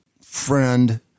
friend